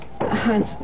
Hans